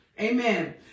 Amen